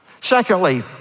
Secondly